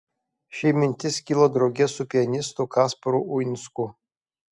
ši mintis kilo drauge su pianistu kasparu uinsku